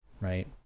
right